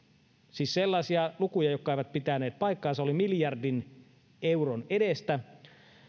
siis sellaisia lukuja jotka eivät pitäneet paikkaansa oli miljardin euron edestä